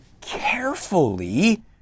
carefully